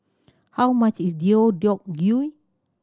how much is Deodeok Gui